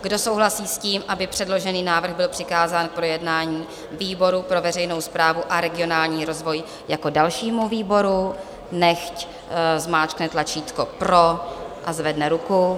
Kdo souhlasí s tím, aby předložený návrh byl přikázán k projednání výboru pro veřejnou správu a regionální rozvoj jako dalšímu výboru, nechť zmáčkne tlačítko pro a zvedne ruku.